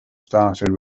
started